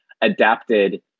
adapted